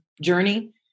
journey